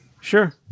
Sure